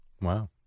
Wow